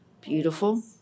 Beautiful